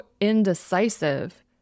indecisive